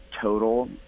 total